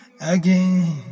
again